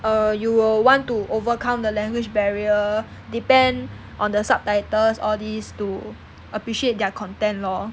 err you will want to overcome the language barrier depend on the subtitles all these to appreciate their content lor